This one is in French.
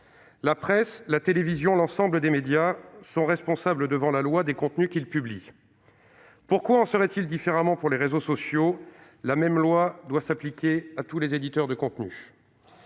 La presse, la télévision, l'ensemble des médias sont responsables devant la loi des contenus qu'ils publient. Pourquoi en irait-il autrement des réseaux sociaux ? La même loi doit s'appliquer à tous les éditeurs de contenu.